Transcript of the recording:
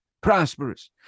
Prosperous